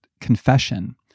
confession